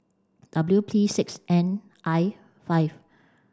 W P six N I five